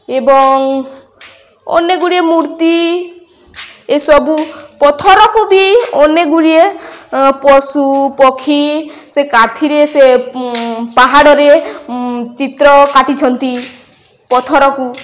ଏବଂ ଅନେକ ଗୁଡ଼ିଏ ମୂର୍ତ୍ତି ଏସବୁ ପଥରକୁ ବି ଅନେକ ଗୁଡ଼ିଏ ପଶୁ ପକ୍ଷୀ ସେ କାନ୍ଥରେ ସେ ପାହାଡ଼ରେ ଚିତ୍ର କାଟିଛନ୍ତି ପଥରକୁ